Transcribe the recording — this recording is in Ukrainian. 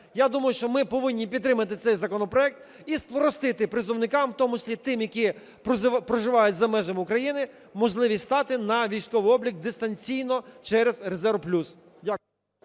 Я думаю, що ми повинні підтримати цей законопроект і спростити призовникам, в тому числі тим, які проживають за межами України, можливість стати на військовий облік дистанційно через "Резерв+".